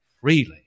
freely